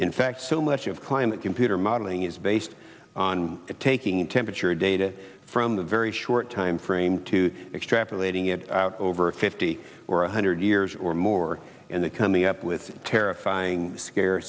in fact so much of climate computer modeling is based on taking temperature data from the very short timeframe to extrapolating it out over fifty or a hundred years or more and that coming up with terrifying scare